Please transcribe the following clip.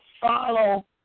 follow